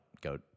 go